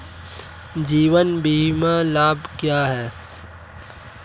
जीवन बीमा लाभ क्या हैं?